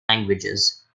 languages